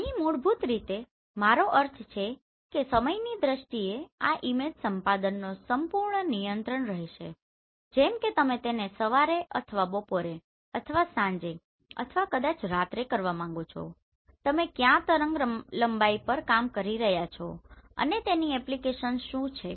અહીં મૂળભૂત રીતે મારો અર્થ છે કે સમયની દ્રષ્ટિએ આ ઈમેજ સંપાદનનો સંપૂર્ણ નિયંત્રણ રહેશે જેમ કે તમે તેને સવારે અથવા બપોરે અથવા સાંજે અથવા કદાચ રાત્રે કરવા માંગો છો તમે કયા તરંગલંબાઇ પર કામ કરી રહ્યા છો અને તેની એપ્લિકેશન શું છે